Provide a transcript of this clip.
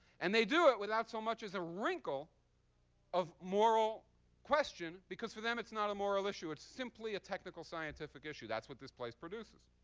and they do it without so much as a wrinkle of moral question because for them, it's not a moral issue. it's simply a technical, scientific issue. that's what this place produces.